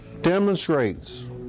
demonstrates